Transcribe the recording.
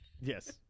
Yes